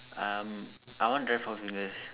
um I want try four fingers